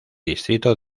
distrito